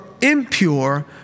impure